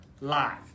live